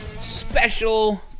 special